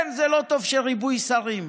כן, זה לא טוב שיש ריבוי שרים,